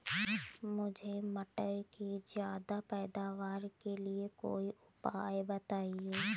मुझे मटर के ज्यादा पैदावार के लिए कोई उपाय बताए?